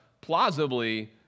plausibly